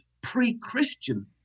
pre-Christian